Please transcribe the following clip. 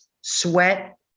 sweat